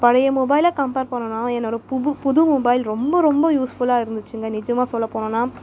பழைய மொபைலை கம்பேர் பண்ணோன்னால் என்னோடய புபு புது மொபைல் ரொம்ப ரொம்ப யூஸ்ஃபுல்லாக இருந்துச்சுங்க நிஜமாக சொல்ல போனோன்னால்